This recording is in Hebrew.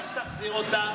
איך תחזיר אותם?